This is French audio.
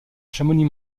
chamonix